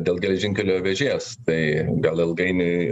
dėl geležinkelio vėžės tai gal ilgainiui